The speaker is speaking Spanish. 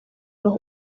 los